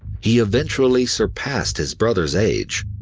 he eventually surpassed his brother's age,